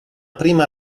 prima